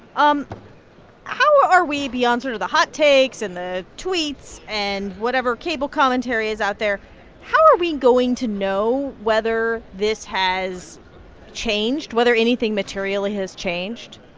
um how are we beyond sort of the hot takes and the tweets and whatever cable commentary is out there how are we going to know whether this has changed, whether anything materially has changed?